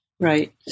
Right